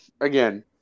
again